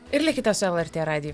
ir likite su lrt radiju